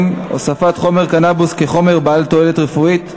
(הוספת חומר קנבוס כחומר בעל תועלת רפואית),